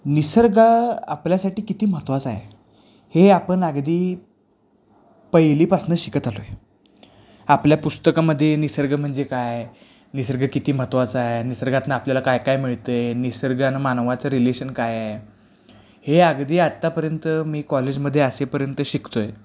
निसर्ग आपल्यासाठी किती महत्त्वाचा आहे हे आपण अगदी पहिलीपासनं शिकत आलो आहे आपल्या पुस्तकामध्ये निसर्ग म्हणजे काय निसर्ग किती महत्त्वाचं आहे निसर्गातनं आपल्याला काय काय मिळतं आहे निसर्ग आणि मानवाचं रिलेशन काय आहे हे अगदी आत्तापर्यंत मी कॉलेजमध्ये असेपर्यंत शिकतो आहे